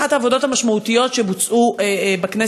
אחת העבודות המשמעותיות שנעשו בכנסת,